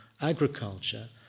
agriculture